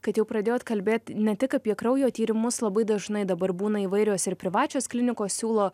kad jau pradėjot kalbėt ne tik apie kraujo tyrimus labai dažnai dabar būna įvairios ir privačios klinikos siūlo